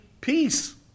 peace